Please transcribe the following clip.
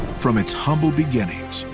from its humble beginnings,